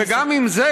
וגם עם זה,